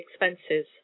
expenses